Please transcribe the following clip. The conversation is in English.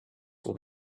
will